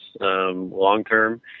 long-term